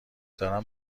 دارم